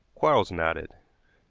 quarles nodded.